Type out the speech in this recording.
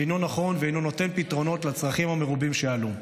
אינו נכון ואינו נותן פתרונות לצרכים המרובים שעלו.